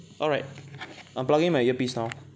alright I'm plugging my earpiece now